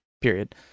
period